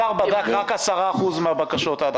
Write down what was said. משרד האוצר בדק רק 10% מן הבקשות עד עכשיו.